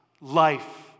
life